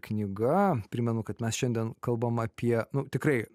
knyga primenu kad mes šiandien kalbame apie nu tikrai